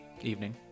Evening